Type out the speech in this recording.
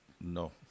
No